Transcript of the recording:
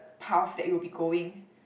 path that it will be going